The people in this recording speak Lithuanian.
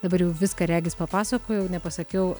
dabar jau viską regis papasakojau nepasakiau